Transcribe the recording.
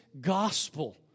gospel